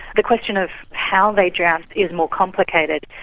the question of how they drowned is more complicated.